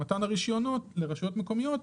לערי הפריפריה ובמיוחד לרשויות הקטנות.